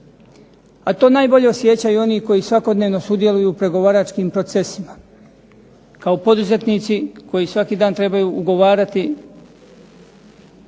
A to najbolje osjećaju oni koji svakodnevno sudjeluju u pregovaračkim procesima kao poduzetnici koji svaki dan trebaju ugovarati prodaju